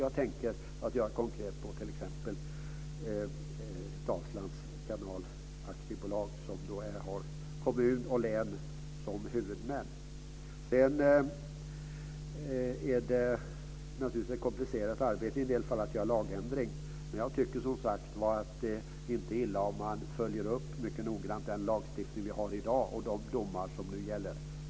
Jag tänker konkret på t.ex. Dalslands Kanalaktiebolag som har kommun och län som huvudmän. Det är naturligtvis ett komplicerat arbete att införa en lagändring. Men jag tycker att det inte är illa att följa upp noggrant den lagstiftning som finns i dag och gällande domar.